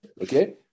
Okay